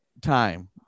time